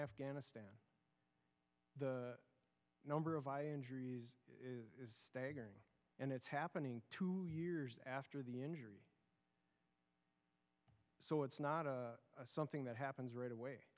afghanistan the number of injuries is staggering and it's happening two years after the injury so it's not something that happens right away